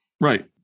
Right